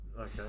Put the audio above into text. Okay